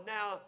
Now